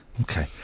Okay